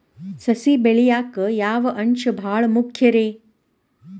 ಸಸಿ ಬೆಳೆಯಾಕ್ ಯಾವ ಅಂಶ ಭಾಳ ಮುಖ್ಯ ರೇ?